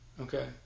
Okay